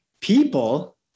people